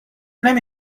نمی